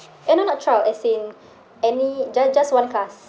eh no not trial as in any ju~ just one class